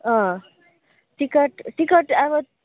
अँ ticket ticket अब